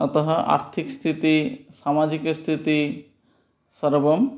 अतः आर्थिकस्थितिः सामाजिकस्थितिः सर्वं